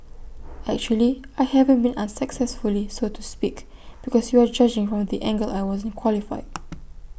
actually I haven't been unsuccessfully so to speak because you are judging from the angle I wasn't qualified